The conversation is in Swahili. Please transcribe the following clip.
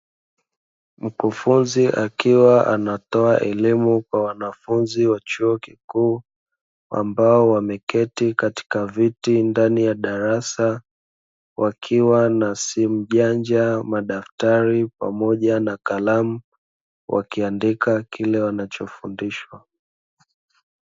Mkufunzi akiwa anatoa elimu kwa wanafunzi wa chuo kikuu, ambao wameketi katika viti ndani ya darasa. Wakiwa na simu janja, madaftari pamoja na kalamu, wakiandika kile wanachofundishwa.